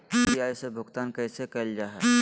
UPI से भुगतान कैसे कैल जहै?